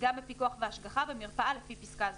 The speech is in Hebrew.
גם בפיקוח והשגחה במרפאה לפי פסקה זו,